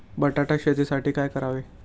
बटाटा शेतीसाठी काय करावे?